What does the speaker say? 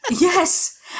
Yes